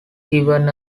given